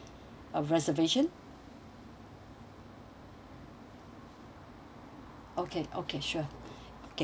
uh reservation okay okay sure okay